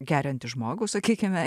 geriantį žmogų sakykime